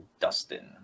Dustin